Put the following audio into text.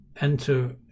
enter